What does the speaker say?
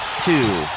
two